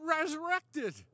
resurrected